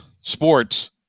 sports